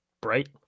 bright